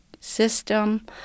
system